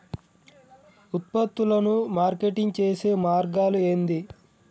ఉత్పత్తులను మార్కెటింగ్ చేసే మార్గాలు ఏంది?